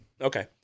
Okay